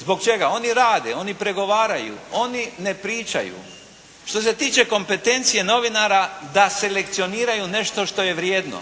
Zbog čega? Oni rade, oni pregovaraju, oni ne pričaju. Što se tiče kompetencije novinara da selekcioniraju nešto što je vrijedno.